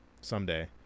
Someday